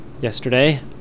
yesterday